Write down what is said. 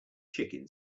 chicken